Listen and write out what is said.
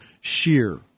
shear